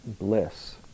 bliss